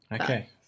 Okay